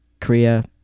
Korea